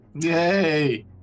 Yay